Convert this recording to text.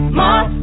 more